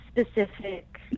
specific